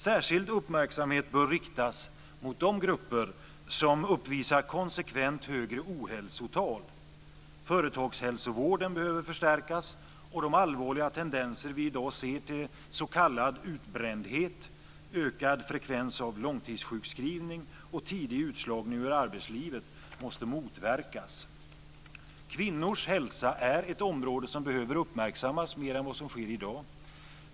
Särskild uppmärksamhet bör riktas mot de grupper som uppvisar konsekvent högre ohälsotal. Företagshälsovården behöver förstärkas. De allvarliga tendenser vi i dag ser till s.k. utbrändhet, ökad frekvens av långtidssjukskrivning och tidig utslagning ur arbetslivet måste motverkas. Kvinnors hälsa är ett område som behöver uppmärksammas mer än vad som sker i dag.